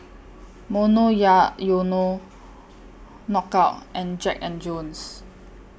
Monoyono Knockout and Jack and Jones